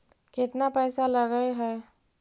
केतना पैसा लगय है?